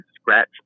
scratch